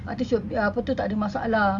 I think should be uh apa tu tak ada masalah